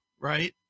Right